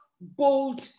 bold